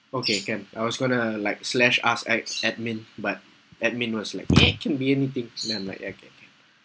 okay can I was going to like slash ask ad~ admin but admin was like it can be anything then I'm like okay